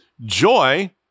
joy